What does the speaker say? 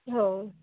हो